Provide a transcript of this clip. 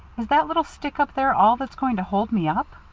is that little stick up there all that's going to hold me up?